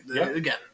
again